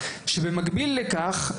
שבמקביל לכך,